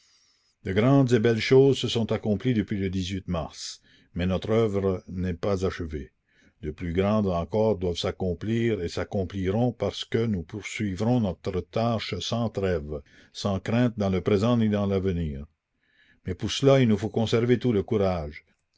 de grandes et belles choses se sont accomplies depuis le mars mais notre œuvre n'est pas achevée de plus grandes encore doivent s'accomplir et s'accompliront parce que nous poursuivrons notre tâche sans trêve sans crainte dans le présent ni dans l'avenir mais pour cela il nous faut conserver tout le courage